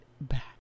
back